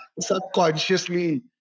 subconsciously